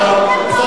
את לא מרצה פה.